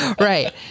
Right